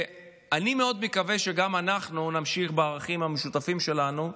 אני מקווה מאוד שגם אנחנו נמשיך בערכים המשותפים שלנו,